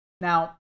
Now